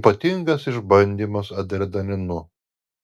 ypatingas išbandymas adrenalinu